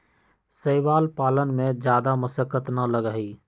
शैवाल पालन में जादा मशक्कत ना लगा हई